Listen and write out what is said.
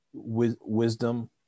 wisdom